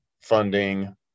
funding